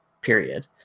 period